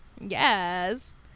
yes